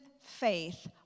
faith